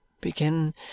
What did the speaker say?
begin